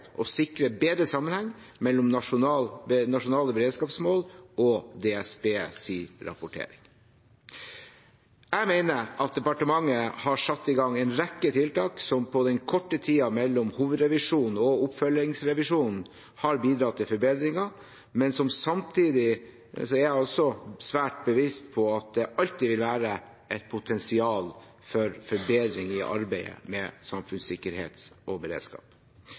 å sikre bedre sammenheng mellom nasjonale beredskapsmål og DSBs rapportering. Jeg mener at departementet har satt i gang en rekke tiltak som på den korte tiden mellom hovedrevisjonen og oppfølgingsrevisjonen har bidratt til forbedringer, men samtidig er jeg svært bevisst på at det alltid vil være et potensial for forbedring i arbeidet med samfunnssikkerhet og beredskap.